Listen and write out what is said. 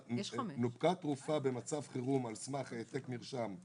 - -"נופקה תרופה במצב חירום על סמך העתק מרשם,